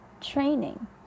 Training